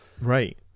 Right